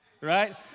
Right